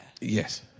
Yes